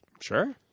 Sure